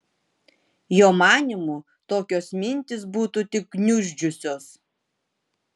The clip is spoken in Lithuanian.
jo manymu tokios mintys būtų tik gniuždžiusios